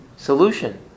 Solution